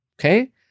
Okay